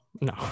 No